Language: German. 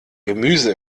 gemüse